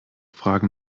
fragen